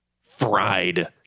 fried